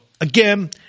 again